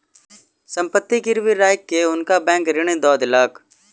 संपत्ति गिरवी राइख के हुनका बैंक ऋण दय देलक